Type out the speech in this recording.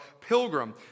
pilgrim